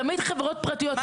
תמיד חברות פרטיות,